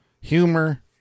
humor